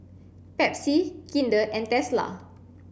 Pepsi Kinder and Tesla